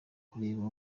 kureba